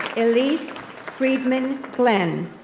elyse friedman glenn.